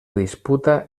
disputa